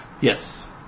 Yes